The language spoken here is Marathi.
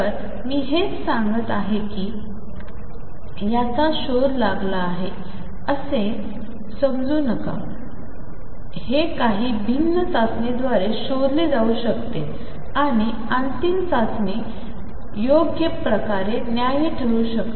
तर मी हेच सांगत आहे कि याचा शोध लाग ला आहे असे मानु नका हे भिन्न चाचणीद्वारे शोधले जाऊ शकते आणि अंतिम चाचणी प्रयोग हे न्याय्य ठरू शकते